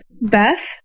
Beth